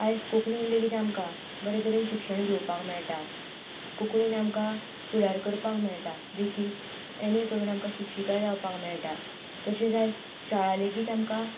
आयज कोंकणींत लेगीत आमकां बरे तरेन शिक्षण घेवपाक मेळटा कोंकणींत आमकां फुडार करपाक मेळटा देखीक एम ए करून आमकां शिक्षिका जावपाक मेळटा तशेंच आयज शाळा लेगीत आमकां